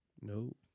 Nope